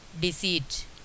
deceit